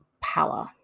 power